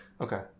okay